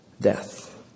death